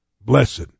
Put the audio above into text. Blessed